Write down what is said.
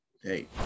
hey